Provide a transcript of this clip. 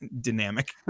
dynamic